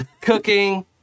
cooking